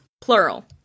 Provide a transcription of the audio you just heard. Plural